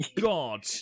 God